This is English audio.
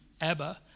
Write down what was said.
Abba